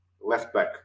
left-back